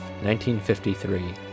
1953